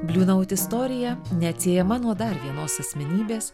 bliu naut istorija neatsiejama nuo dar vienos asmenybės